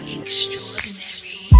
extraordinary